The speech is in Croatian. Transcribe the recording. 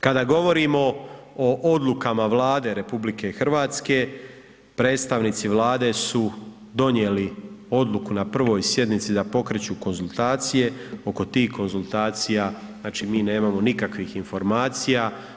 Kada govorimo o odlukama Vlade RH, predstavnici Vlade su donijeli odluku na prvoj sjednici da pokreću konzultacije, oko tih konzultacija mi nemamo nikakvih informacija.